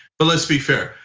but let's be fair.